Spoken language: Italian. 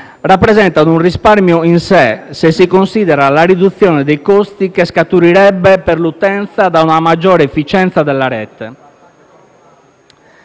rappresentano un risparmio in sé, se si considera la riduzione dei costi che scaturirebbe per l'utenza da una maggiore efficienza della rete.